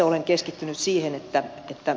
olen keskittynyt siihen että että